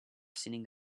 sitting